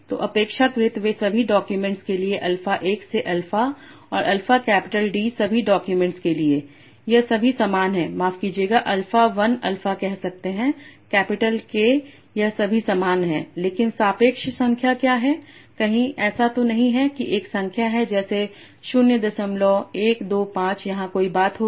तो अपेक्षाकृत वे सभी डाक्यूमेंट्स के लिए अल्फा 1 से अल्फा और अल्फा कैपिटल D सभी डाक्यूमेंट्स के लिए यह सभी समान है माफ कीजिएगा अल्फा वन अल्फा कह सकते हैं कैपिटल K यह सभी समान है लेकिन सापेक्ष संख्या क्या है कहीं ऐसा तो नहीं की एक संख्या है जैसे 0125 यहां कोई बात होगी